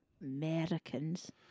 Americans